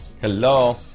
Hello